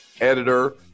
editor